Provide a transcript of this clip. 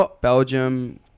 Belgium